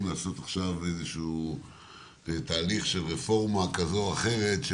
לעשות עכשיו תהליך של רפורמה כזאת או אחרת,